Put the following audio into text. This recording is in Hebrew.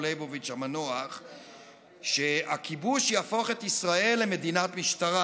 ליבוביץ' המנוח שהכיבוש יהפוך את ישראל למדינת משטרה.